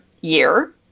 year